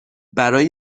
برای